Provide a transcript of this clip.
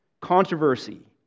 controversy